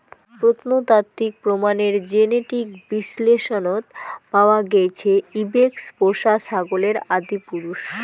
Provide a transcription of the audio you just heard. প্রত্নতাত্ত্বিক প্রমাণের জেনেটিক বিশ্লেষনত পাওয়া গেইছে ইবেক্স পোষা ছাগলের আদিপুরুষ